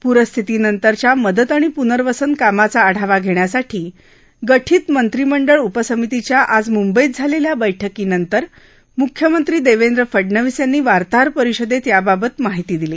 पूरस्थितीनंतरच्या मदत आणि पुनर्वसन कामाचा आढावा घष्यासाठी गठीत मंत्रिमंडळ उपसमितीच्या आज मुंबईत झालख्खा बैठकीनंतर मुख्यमंत्री दक्के फडनवीस यांनी वार्ताहर परिषदत्तयाबाबत माहिती दिली